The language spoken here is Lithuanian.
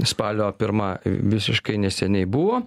spalio pirma visiškai neseniai buvo